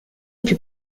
più